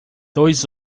dois